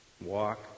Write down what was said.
walk